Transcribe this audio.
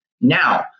Now